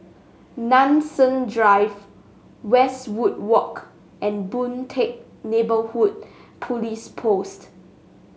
Nanson Drive Westwood Walk and Boon Teck Neighbourhood Police Post